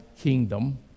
Kingdom